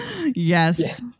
Yes